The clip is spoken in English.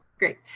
great.